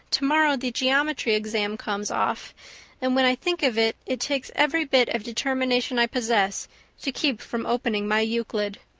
tomorrow the geometry exam comes off and when i think of it it takes every bit of determination i possess to keep from opening my euclid.